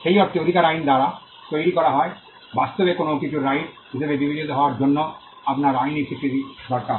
সেই অর্থে অধিকার আইন দ্বারা তৈরি করা হয় বাস্তবে কোনও কিছুর রাইট হিসাবে বিবেচিত হওয়ার জন্য আপনার আইনী স্বীকৃতি দরকার